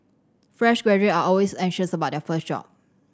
fresh graduate are always anxious about their first job